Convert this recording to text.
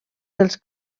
dels